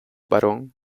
barón